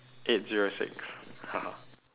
eight zero six